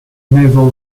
naval